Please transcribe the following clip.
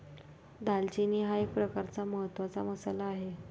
दालचिनी हा एक प्रकारचा महत्त्वाचा मसाला आहे